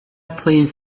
please